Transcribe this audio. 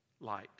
light